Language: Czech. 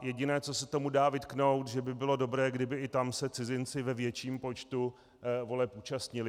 Jediné, co se tomu dá vytknout, je to, že by bylo dobré, kdyby i tam se cizinci ve větším počtu voleb účastnili.